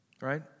Right